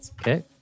Okay